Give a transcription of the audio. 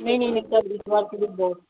नहीं नहीं सर इस बार का बीज बहुत